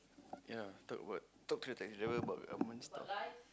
ya third word talk to the taxi driver about government stuff